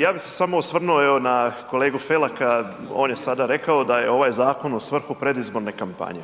Ja bi se samo osvrnuo evo na kolegu Felaka, on je sada rekao da je ovaj zakon u svrhu predizborne kampanje.